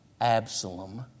Absalom